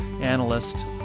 analyst